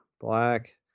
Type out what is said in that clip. black